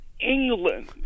England